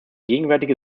gegenwärtige